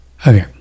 Okay